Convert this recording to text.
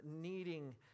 needing